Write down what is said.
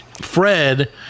Fred